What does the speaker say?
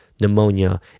pneumonia